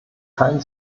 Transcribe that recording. kein